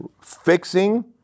fixing